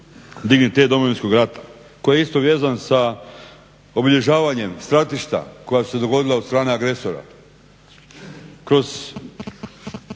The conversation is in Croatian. dignitet Domovinskog rata koji je isto vezan sa obilježavanjem stratišta koja su se dogodila od strane agresora. Kroz